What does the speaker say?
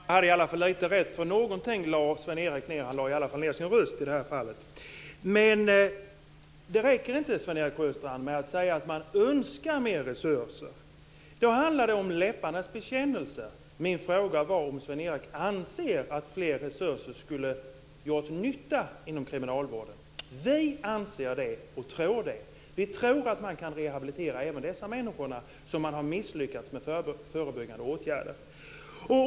Fru talman! Jag hade i alla fall lite rätt, för någonting lade Sven-Erik ned. Han lade i alla fall ned sin röst i detta fall. Det räcker inte, Sven-Erik Sjöstrand, att säga att man önskar mer resurser. Då handlar det om läpparnas bekännelse. Min fråga var om Sven-Erik anser att fler resurser skulle ha gjort nytta inom kriminalvården. Vi anser och tror det. Vi tror att man kan rehabilitera även de människor som man har misslyckats med förebyggande åtgärder för.